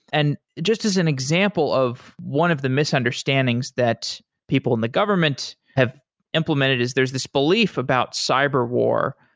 and just as an example of one of the misunderstandings that people in the government have implemented, is there's this belief about cyber war,